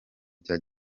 bya